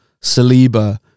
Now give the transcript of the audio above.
Saliba